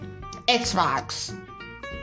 Xbox